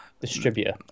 distributor